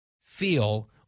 feel